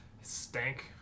stank